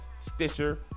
stitcher